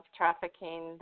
trafficking